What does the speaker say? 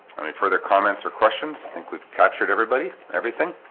i mean further comments or questions? i think we've captured everybody everything